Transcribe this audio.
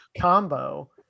combo